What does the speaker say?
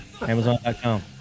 Amazon.com